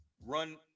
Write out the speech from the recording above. run